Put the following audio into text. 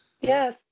Yes